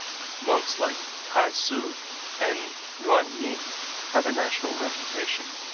monks like t'ai hsu and yuan ying have a national reputation.